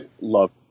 love